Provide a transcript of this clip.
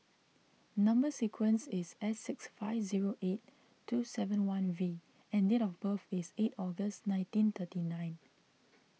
Number Sequence is S six five zero eight two seven V and date of birth is eight August nineteen thirty nine